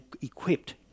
equipped